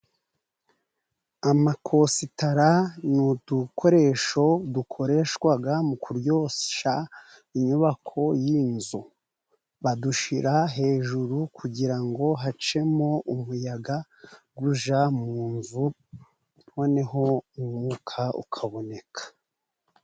Amakositara ni udukoresho dukoreshwa mu kuryoshya inyubako y'inzu. Badushira hejuru kugira ngo hacemo umuyaga ujya mu nzu noneho umwuka ukaboneka.